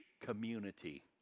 Community